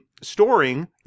Storing